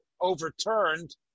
overturned